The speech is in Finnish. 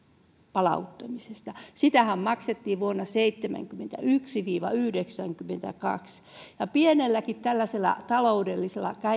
palauttamisesta sitähän maksettiin vuosina seitsemänkymmentäyksi viiva yhdeksänkymmentäkaksi pienikin tällainen taloudellinen